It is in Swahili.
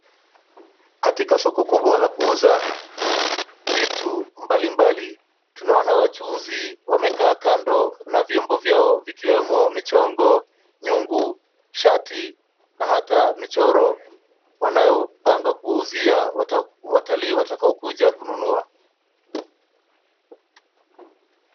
Katika soko kubwa la kuuza vitu mbalimbali, tunaona wachuuzi wamekaa kando na vyombo vyao vikiwemo michongo, nyungu, shati na hata michoro wanayopanga kuwauzia watalii watakaokuja kununua.